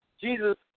Jesus